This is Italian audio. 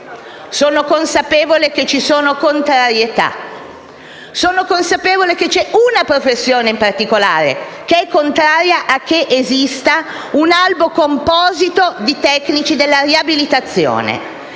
sono consapevole che ci sono contrarietà; sono consapevole che c'è una professione in particolare che è contraria all'istituzione di un albo composito di tecnici della riabilitazione,